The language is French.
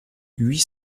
huit